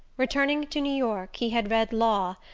returning to new york, he had read law,